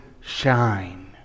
shine